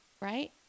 right